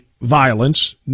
Violence